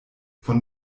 von